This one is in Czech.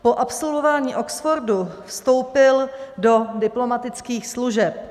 Po absolvování Oxfordu vstoupil do diplomatických služeb.